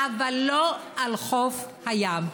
אבל לא על חוף הים.